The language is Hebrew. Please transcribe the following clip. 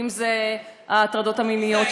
אם זה ההטרדות המיניות,